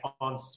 on